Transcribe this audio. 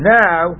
now